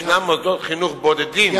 יש מוסדות חינוך בודדים,